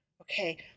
Okay